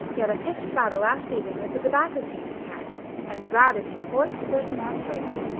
he had a pitched battle last evening with the tobacco-king's cat and routed him, horse, foot and artillery.